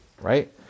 Right